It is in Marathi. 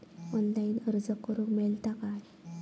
ऑनलाईन अर्ज करूक मेलता काय?